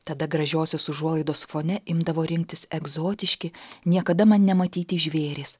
tada gražiosios užuolaidos fone imdavo rinktis egzotiški niekada man nematyti žvėrys